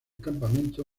campamento